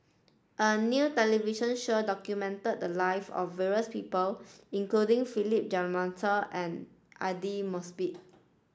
a new television show documented the live of various people including Philip Jeyaretnam and Aidli Mosbit